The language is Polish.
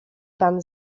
pan